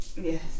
Yes